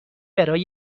برای